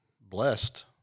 blessed